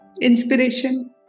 inspiration